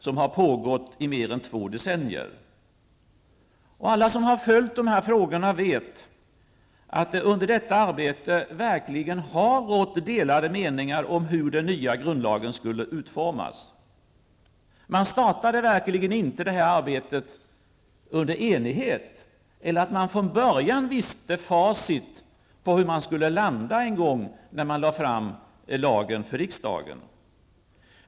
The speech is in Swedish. Det har pågått i mer än två decennier. Alla som har följt de här frågorna vet att det under detta arbete verkligen har rått delade meningar om hur den nya grundlagen skulle utformas. Man startade inte det här arbetet under enighet, och man visste från början inte facit på hur man skulle landa en gång när man lade fram lagen för riksdagen.